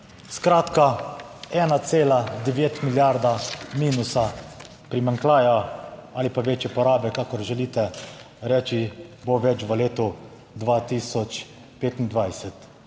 Skratka, 1,9 milijarda minusa primanjkljaja ali pa večje porabe, kakor želite reči, bo več v letu 2025.